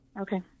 Okay